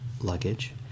luggage